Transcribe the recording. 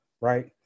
right